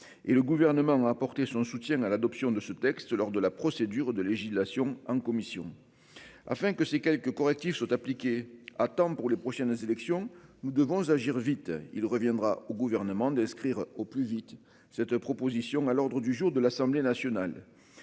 le gouvernement a apporté son soutien à l'adoption de ce texte lors de la procédure de législation en commission. Afin que ces quelques correctifs sont appliquées à temps pour les prochaines élections. Nous devons agir vite. Il reviendra au gouvernement d'inscrire au plus vite cette proposition à l'ordre du jour de l'Assemblée nationale.